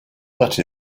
that